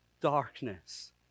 darkness